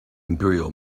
imperial